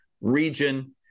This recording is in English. region